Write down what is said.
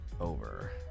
over